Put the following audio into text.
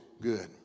good